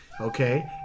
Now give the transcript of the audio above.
Okay